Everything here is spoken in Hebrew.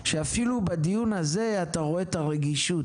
שאפילו בדיון הזה אתה רואה את הרגישות.